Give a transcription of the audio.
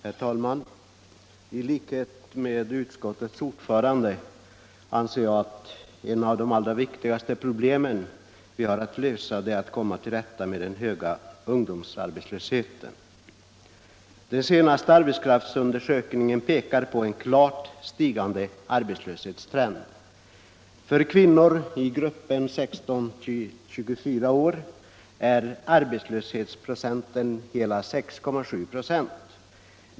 Herr talman! I likhet med utskottets ordförande anser jag att ett av de allra viktigaste problem vi har att lösa är att komma till rätta med den höga ungdomsarbetslösheten. Den senaste arbetskraftsundersökningen pekar på en klart stigande arbetslöshetstrend. För kvinnor i gruppen 16-24 år är arbetslöshetsprocenten hela 6,7 26.